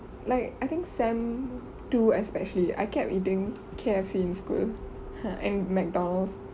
like I think sem two especially I kept eating K_F_C in school and Mcdonald's